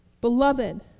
Beloved